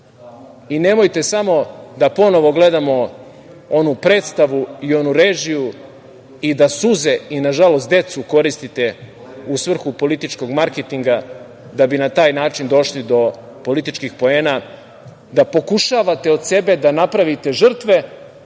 pravu? Nemojte samo da ponovo gledamo onu predstavu i onu režiju i da suze i nažalost decu koristite u svrhu političkog marketinga da bi na taj način došli do političkih poena, da pokušavate od sebe da napravite žrtve